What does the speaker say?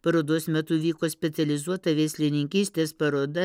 parodos metu vyko specializuota veislininkystės paroda